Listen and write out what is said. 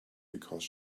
because